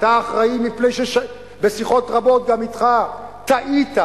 אתה אחראי מפני שבשיחות רבות אתך טעית.